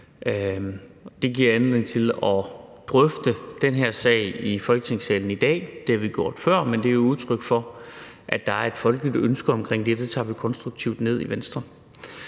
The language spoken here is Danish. Det giver anledning til at drøfte den her sag i Folketingssalen i dag, og det har vi gjort før, men det er udtryk for, at der er et folkeligt ønske om det, og det tager vi konstruktivt ned i Venstre.